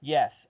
Yes